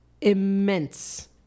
immense